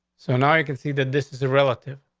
so now you can see that this is a relative.